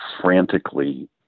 frantically